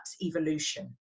evolution